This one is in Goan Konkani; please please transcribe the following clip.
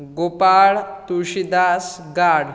गोपाळ तुळशिदास गाड